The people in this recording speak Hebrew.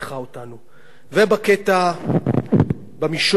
אני מסיים.